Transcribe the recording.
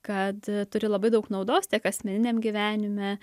kad turi labai daug naudos tiek asmeniniam gyvenime